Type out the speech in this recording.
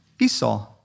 Esau